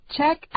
Check